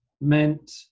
meant